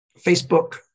Facebook